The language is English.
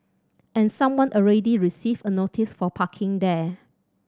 and someone already received a notice for parking there